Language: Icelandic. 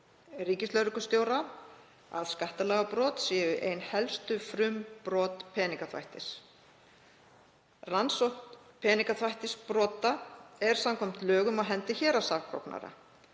ríkislögreglustjóra að skattalagabrot séu ein helstu frumbrot peningaþvættis. Rannsókn peningaþvættisbrota er samkvæmt lögum á hendi héraðssaksóknara.